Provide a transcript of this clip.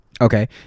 Okay